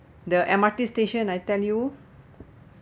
the M_R_T station I tell you